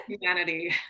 humanity